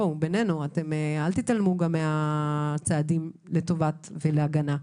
אל תתעלמו מהצעדים לטובתם ולהגנתם.